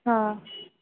हा